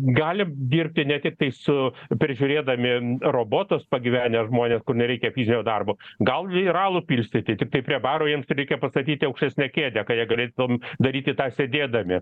gali dirbti ne tiktai su prižiūrėdami robotus pagyvenę žmonės kur nereikia fizinio darbo gali ir alų pilstyti tik tai prie baro jiems reikia pastatyti aukštesnę kėdę kad jie galėtum daryti tą sėdėdami